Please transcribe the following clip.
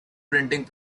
printing